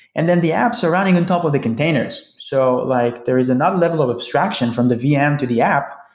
and then the apps running on top of the containers. so like there is another level of abstraction from the vm to the app,